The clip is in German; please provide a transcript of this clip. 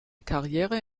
karriere